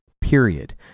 period